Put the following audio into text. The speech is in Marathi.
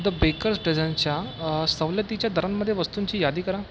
द बेकर्स डझनच्या सवलतीच्या दरांमध्ये वस्तूंची यादी करा